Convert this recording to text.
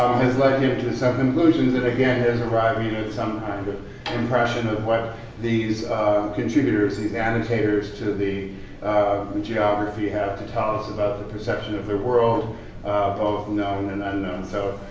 um has led him to some conclusions that, again, has arrived and at some kind of impression of what these contributors, these annotators to the the geography have to tell us about the perception of the world both known and unknown. so,